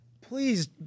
Please